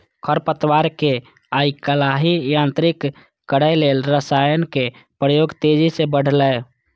खरपतवार कें आइकाल्हि नियंत्रित करै लेल रसायनक प्रयोग तेजी सं बढ़लैए